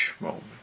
moment